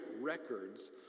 records